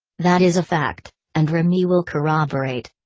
that is a fact, and remy will corroborate.